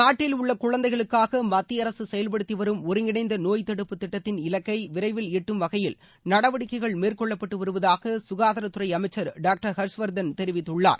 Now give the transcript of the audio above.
நாட்டில் உள்ள குழந்தைகளுக்காக மத்திய அரசு செயல்படுத்தி வரும் ஒருங்கிணைந்த நோய் தடுப்பு திட்டத்தின் இலக்கை விரைவில் எட்டும் வகையில் நடவடிக்கைகள் மேற்கொள்ளப்பட்டு வருவதாக சுகாதாரத்துறை அமைச்சர் டாக்டர் ஹர்ஷ்வர்தன் தெரிவித்துள்ளார்